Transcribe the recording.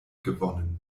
gewonnen